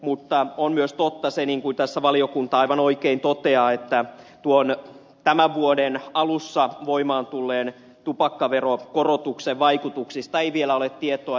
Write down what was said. mutta on myös totta se niin kuin tässä valiokunta aivan oikein toteaa että tuon tämän vuoden alussa voimaan tulleen tupakkaveron korotuksen vaikutuksista ei vielä ole tietoa